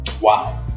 wow